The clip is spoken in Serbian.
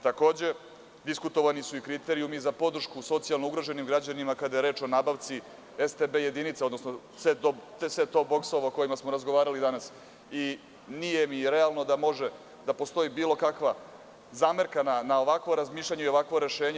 Takođe, diskutovani su i kriterijumi za podršku socijalno ugroženim građanima kada je reč o nabavciSTB jedinici, odnosno set-top-boksova o kojima smo razgovarali danas, nije mi realno da može da postoji bilo kakva zamerka na ovakvo razmišljanje i ovakvo rešenje.